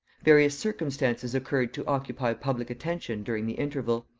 various circumstances occurred to occupy public attention during the interval.